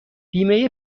بیمه